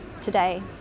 today